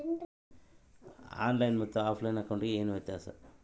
On line ಮತ್ತೆ ಆಫ್ಲೈನ್ ಅಕೌಂಟಿಗೆ ಏನು ವ್ಯತ್ಯಾಸ?